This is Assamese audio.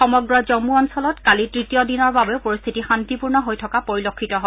সমগ্ৰ জম্মু অঞ্চলত কালি তৃতীয় দিনৰ বাবেও পৰিশ্বিতি শান্তিপূৰ্ণ হৈ থকা পৰিলক্ষিত হয়